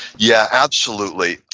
yeah, absolutely.